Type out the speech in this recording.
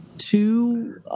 Two